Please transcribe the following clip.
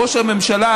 ראש הממשלה,